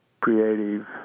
creative